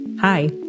Hi